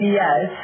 yes